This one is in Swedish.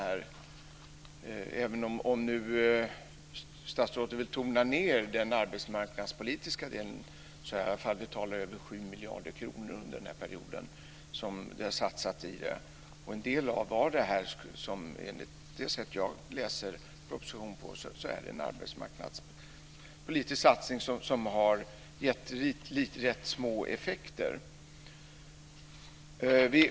Även om nu statsrådet vill tona ned den arbetsmarknadspolitiska delen, är det i alla fall över 7 miljarder kronor under den här perioden som har satsats i den. En del är, enligt det sätt som jag läser propositionen på, en arbetsmarknadspolitisk satsning som har gett rätt små effekter.